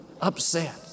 upset